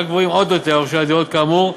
גבוהים עוד יותר על רוכשי דירות כאמור,